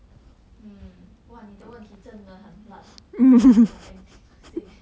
hmm !wah! 你的问题真的很烂: ni de wen ti zhen de hen lan I cannot think of anything to say